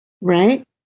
right